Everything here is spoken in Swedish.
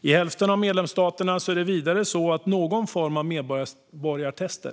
I hälften av medlemsstaterna har man också någon form av tester.